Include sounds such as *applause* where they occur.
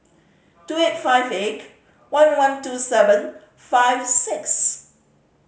two eight five *unintelligible* one one two seven five six